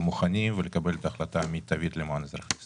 מוכנים ולקבל את ההחלטה המיטבית למען אזרחי ישראל.